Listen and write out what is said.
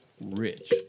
rich